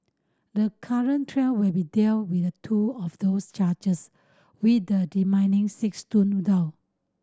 the current trial will be deal with two of those charges with the six stood down